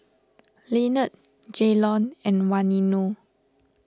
Lynnette Jaylon and Waino